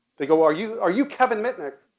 they go, are you are you kevin mitnick?